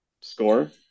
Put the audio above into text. score